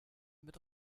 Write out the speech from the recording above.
mit